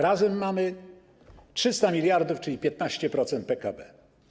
Razem mamy 300 mld zł, czyli 15% PKB.